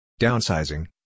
Downsizing